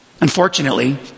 Unfortunately